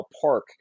park